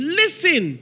listen